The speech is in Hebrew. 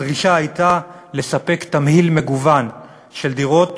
הדרישה הייתה לספק תמהיל מגוון של דירות,